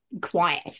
quiet